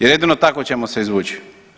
Jer jedino tako ćemo se izvući.